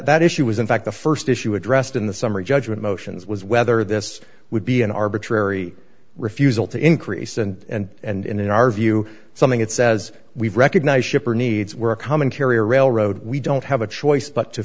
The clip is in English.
that issue was in fact the st issue addressed in the summary judgment motions was whether this would be an arbitrary refusal to increase and and in our view something it says we've recognized ship or needs were a common carrier railroad we don't have a choice but to